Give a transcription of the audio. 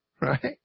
right